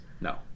no